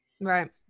Right